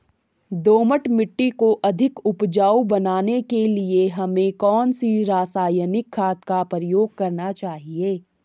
दोमट मिट्टी को अधिक उपजाऊ बनाने के लिए हमें कौन सी रासायनिक खाद का प्रयोग करना चाहिए?